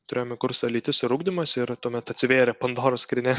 turėjome kursą lytis ir ugdymas ir tuomet atsivėrė pandoros skrynia